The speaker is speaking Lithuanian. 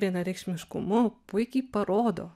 vienareikšmiškumu puikiai parodo